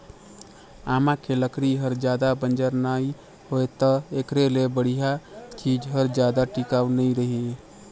आमा के लकरी हर जादा बंजर नइ होय त एखरे ले बड़िहा चीज हर जादा टिकाऊ नइ रहें